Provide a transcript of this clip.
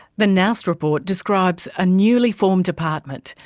the nous report describes a newly formed department,